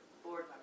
board